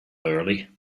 early